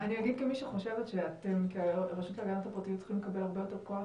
אגיד כמי שחושבת שאתם כרשות להגנת הפרטיות צריכים לקבל הרבה יותר כוח,